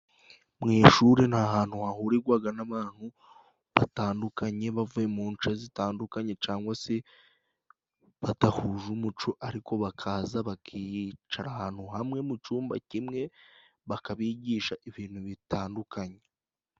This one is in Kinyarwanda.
Mu ishuri ni ahantu hahurirwaga n'abantu batandukanye, bavuye mu nce zitandukanye cangwa se badahuje umuco. Ariko bakaza bakiyicara ahantu hamwe mu cumba kimwe, bakabigisha ibintu bitandukanye.